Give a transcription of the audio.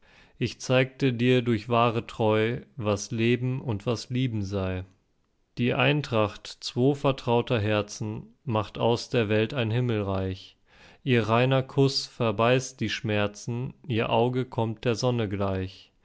ich zeigte dir durch wahre treu was leben und was lieben sei die eintracht zwo vertrauter herzen macht aus der welt ein himmelreich ihr reiner kuß verbeißt die schmerzen ihr auge kommt der sonne gleich